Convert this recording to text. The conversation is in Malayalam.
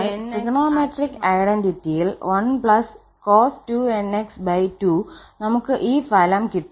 അതിനാൽ ട്രിഗണോമെട്രിക് ഐഡന്റിറ്റിയിൽ 1cos2𝑛𝑥2 നമുക് ഈ ഫലം കിട്ടും